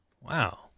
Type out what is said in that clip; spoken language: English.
Wow